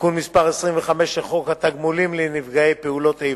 תיקון מס' 25 של חוק התגמולים לנפגעי פעולות איבה,